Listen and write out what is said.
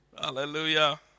Hallelujah